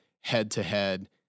head-to-head